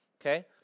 Okay